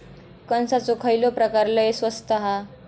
कणसाचो खयलो प्रकार लय स्वस्त हा?